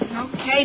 Okay